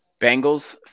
Bengals